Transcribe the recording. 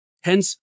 Hence